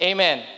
Amen